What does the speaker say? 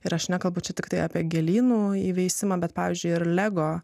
ir aš nekalbu čia tiktai apie gėlynų įveisimą bet pavyzdžiui ir lego